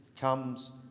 comes